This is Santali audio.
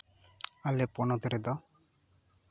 ᱟᱞᱮ ᱯᱚᱱᱚᱛ ᱨᱮᱫᱚ